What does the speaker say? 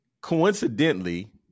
Coincidentally